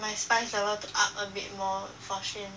my spice level to up a bit more for Shin